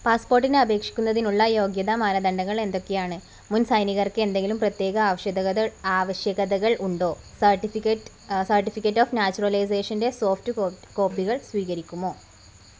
പാസ്പോർട്ടിന് അപേക്ഷിക്കുന്നതിനുള്ള യോഗ്യതാ മാനദണ്ഡങ്ങൾ എന്തൊക്കെയാണ് മുൻ സൈനികർക്ക് എന്തെങ്കിലും പ്രത്യേക ആവശ്യകതകൾ ആവശ്യകതകൾ ഉണ്ടോ സർട്ടിഫിക്കറ്റ് സർട്ടിഫിക്കറ്റ് ഓഫ് നാച്യുറലൈസേഷൻ്റെ സോഫ്റ്റ് കോപ്പ് കോപ്പികൾ സ്വീകരിക്കുമോ